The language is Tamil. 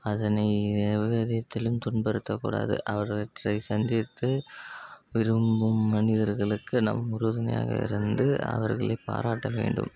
அதனை எவ்விதத்திலும் துன்புறுத்தக்கூடாது அவற்றை சந்தித்து விரும்பும் மனிதர்களுக்கு நம் உறுதுணையாக இருந்து அவர்களை பாராட்ட வேண்டும்